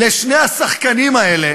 לשני השחקנים האלה